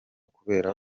kubera